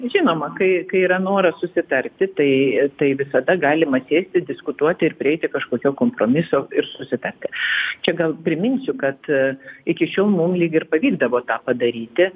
žinoma kai kai yra noras susitarti tai tai visada galima sėstis diskutuoti ir prieiti kažkokio kompromiso ir susitarti čia gal priminsiu kad iki šiol mum lyg ir pavykdavo tą padaryti